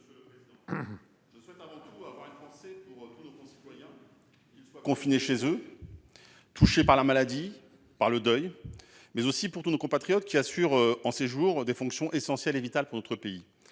Je souhaite avant tout avoir une pensée pour tous nos concitoyens, qu'ils soient confinés chez eux, touchés par la maladie, par le deuil, mais aussi pour l'ensemble de nos compatriotes qui assurent en ces jours des fonctions essentielles et vitales au